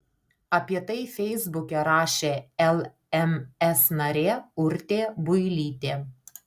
apie tai feisbuke rašė lms narė urtė builytė